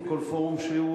בכל פורום שהוא,